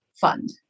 fund